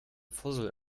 fussel